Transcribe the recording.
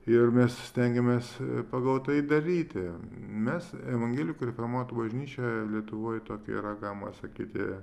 ir mes stengiamės pagal tai daryti mes evangelikų reformatų bažnyčia lietuvoj tokia yra galima sakyti